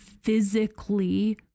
physically